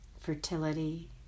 fertility